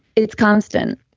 it's constant.